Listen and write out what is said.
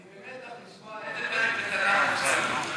אני במתח לשמוע איזה פרק בתנ"ך עכשיו.